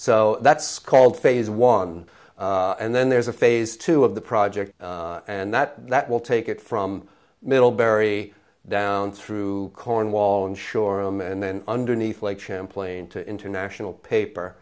so that's called phase one and then there's a phase two of the project and that that will take it from middlebury down through cornwall ensure him and then underneath lake champlain to international paper